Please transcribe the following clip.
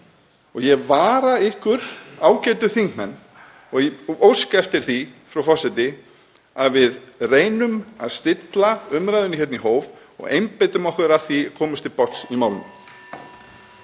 Ég vara ykkur, ágætu þingmenn — ég óska eftir því, frú forseti, að við reynum að stilla umræðunni hér í hóf og einbeitum okkur að því að komast til botns í málinu.